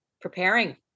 preparing